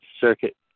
Circuit